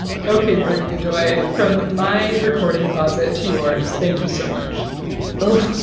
ok, maria godoy. from my recording closet to yours, thank you so much oh,